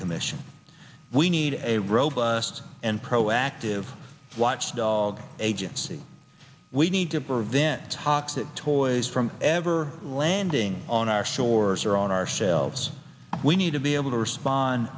commission we need a robust and proactive watchdog agency we need to prevent toxic toys from ever landing on our shores or on our shelves we need to be able